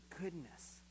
goodness